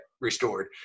restored